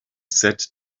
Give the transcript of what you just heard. said